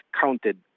counted